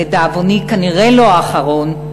אבל לדאבוני כנראה לא האחרון,